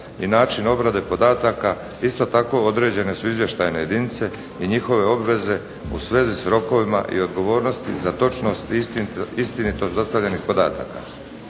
način obrade podataka isto tako određene su izvještajne jedinice i njihove obveze u svezi s rokovima i odgovornosti za točnost istinitost dostavljenih podataka.